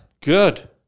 Good